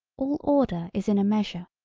all order is in a measure.